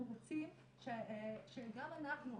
אנחנו רוצים שגם אנחנו,